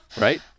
Right